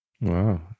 Wow